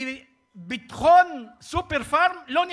וביטחון "סופר-פארם" לא נפגע.